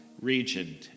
region